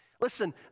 Listen